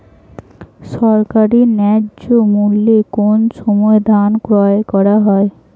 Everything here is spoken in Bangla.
সরকারি ন্যায্য মূল্যে কোন সময় ধান ক্রয় করা হয়?